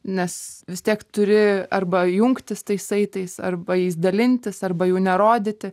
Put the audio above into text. nes vis tiek turi arba jungtis tais saitais arba jais dalintis arba jų nerodyti